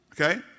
Okay